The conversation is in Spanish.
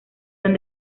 son